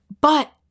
But-